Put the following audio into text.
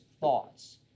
thoughts